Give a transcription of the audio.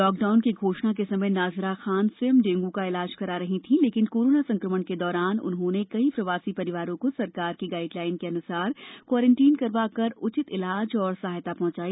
lockdown की घोषणा के समय नाजिरा खान स्वयं डेंगू का इलाज करा रही थी लेकिन कोरोना संक्रमण के दौरान उन्होंने कई प्रवासी परिवारों को सरकार की गाईडलाइन के अनुसार क्वारेंटाइन करवाकर उचित इलाज और सहायता पहुँचाई